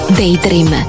daydream